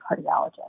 cardiologist